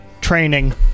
training